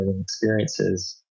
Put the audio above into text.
experiences